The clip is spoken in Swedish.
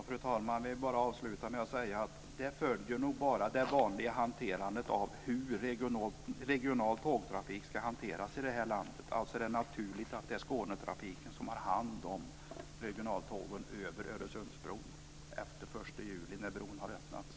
Fru talman! Jag vill avsluta med att säga: Detta följer nog bara det vanliga hanterandet av hur regional tågtrafik ska hanteras i det här landet. Det är naturligt att det är Skånetrafiken som har hand om regionaltågen över Öresundsbron efter den 1 juli, när bron har öppnats.